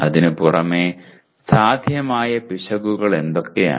അതിനുപുറമെ സാധ്യമായ പിശകുകൾ എന്തൊക്കെയാണ്